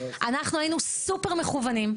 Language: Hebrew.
אנחנו היינו סופר מכוונים.